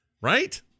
right